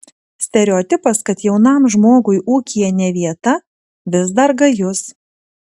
stereotipas kad jaunam žmogui ūkyje ne vieta vis dar gajus